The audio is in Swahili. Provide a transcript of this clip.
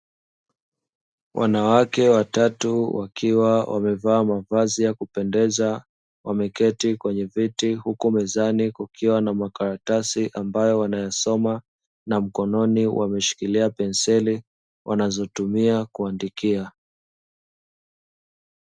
Wanawake watatu wakiwa wamevaa mavazi ya kupendeza wameketi kwenye viti huku mezani kukiwa na makaratasi ambayo wanayasoma, na mkononi wameshikilia penseli wanazotumia kuandikia.